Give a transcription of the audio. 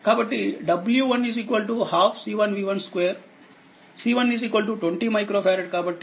కాబట్టి w1 12 C1V12